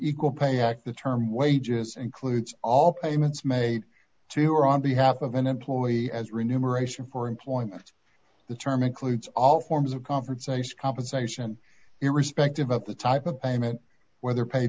equal pay act the term wages includes all payments made to or on behalf of an employee as renumeration for employment the term includes all forms of conversation compensation irrespective of the type of payment whether pa